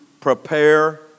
prepare